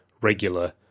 regular